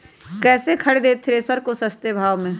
कैसे खरीदे थ्रेसर को सस्ते भाव में?